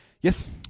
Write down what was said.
Yes